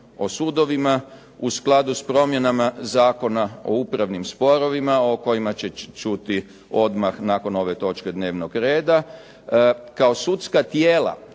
o sudovima u skladu s promjenama Zakona o upravnim sporovima o kojima ćete čuti odmah nakon ove točke dnevnog reda, kao sudska tijela